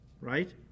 right